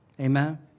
Amen